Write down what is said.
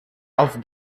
auf